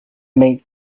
make